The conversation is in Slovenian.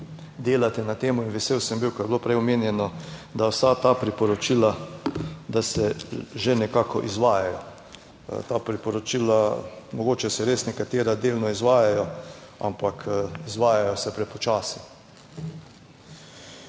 delate na tem in vesel sem bil, ko je bilo prej omenjeno, da vsa ta priporočila, da se že nekako izvajajo ta priporočila, mogoče se res nekatera delno izvajajo, ampak izvajajo se prepočasi.